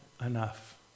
Enough